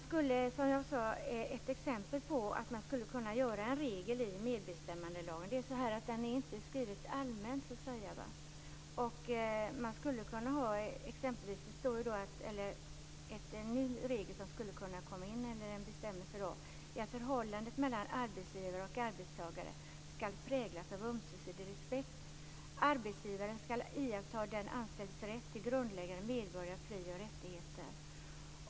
Som jag sade skulle man kunna införa en regel i medbestämmandelagen som inte är så allmänt skriven. Så här skulle t.ex. en ny regel kunna se ut: Förhållandet mellan arbetsgivare och arbetstagare skall präglas av ömsesidig respekt. Arbetsgivaren skall iaktta den anställdes rätt till grundläggande medborgerliga fri och rättigheter.